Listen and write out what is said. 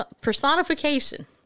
personification